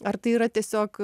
ar tai yra tiesiog